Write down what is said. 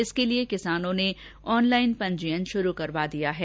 उसके लिए किसानों ने ऑनलाइन पंजीयन शुरू करवा दिया है